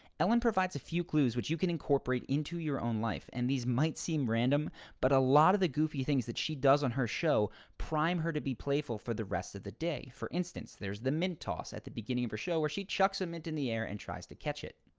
ellen provides a few clues which you can incorporate into your own life and these might seem random but a lot of the goofy things that she does on her show prime her to be playful for the rest of the day. for instance, there is the mint toss at the beginning of her show where she chucks a mint in the air and tries to catch it.